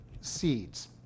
seeds